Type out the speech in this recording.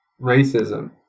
racism